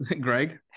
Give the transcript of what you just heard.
Greg